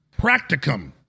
practicum